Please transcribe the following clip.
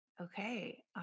Okay